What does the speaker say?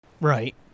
Right